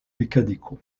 mekaniko